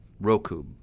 Roku